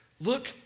Look